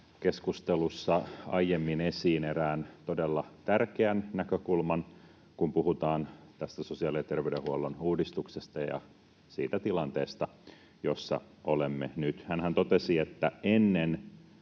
keskustelussa aiemmin esiin erään todella tärkeän näkökulman, kun puhutaan tästä sosiaali- ja terveydenhuollon uudistuksesta ja siitä tilanteesta, jossa olemme nyt. Hänhän totesi, että ennen